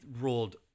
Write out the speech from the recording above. rolled